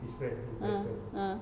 uh uh